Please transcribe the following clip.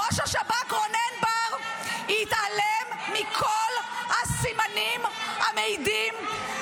ראש השב"כ רונן בר התעלם מכל הסימנים המעידים,